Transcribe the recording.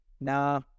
Nah